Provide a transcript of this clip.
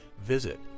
visit